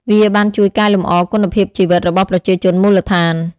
វាបានជួយកែលម្អគុណភាពជីវិតរបស់ប្រជាជនមូលដ្ឋាន។